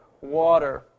water